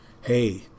Hey